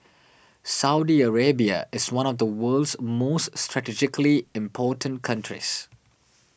Saudi Arabia is one of the world's most strategically important countries